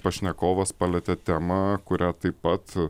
pašnekovas palietė temą kurią taip pat